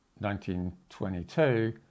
1922